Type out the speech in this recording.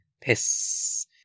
piss